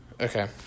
Okay